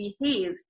behave